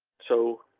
so.